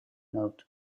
note